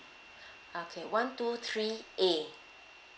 okay one two three A